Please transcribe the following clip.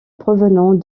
provenant